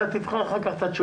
אתה תבחר אחר כך את התשובות.